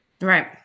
Right